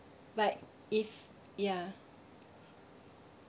like if ya